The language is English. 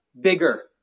bigger